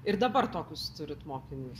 ir dabar tokius turit mokinius